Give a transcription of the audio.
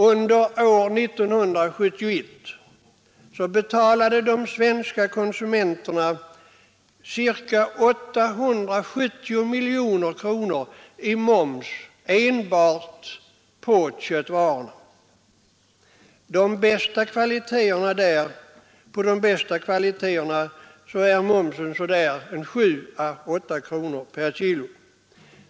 Under år 1971 betalade de svenska konsumenterna ca 870 miljoner kronor i moms enbart på köttvarorna. På de bästa kvaliteterna är momsen 7 å 8 kronor per kilo.